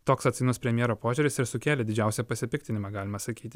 toks atsainus premjero požiūris ir sukėlė didžiausią pasipiktinimą galima sakyti